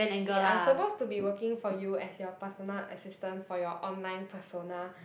okay I'm supposed to be working for you as your personal assistant for your online persona